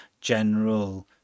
general